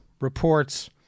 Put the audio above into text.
reports